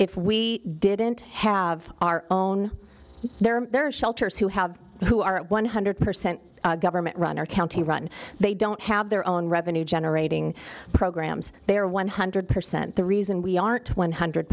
if we didn't have our own there are there are shelters who have who are at one hundred percent government run or county run they don't have their own revenue generating programs their one hundred percent the reason we aren't one hundred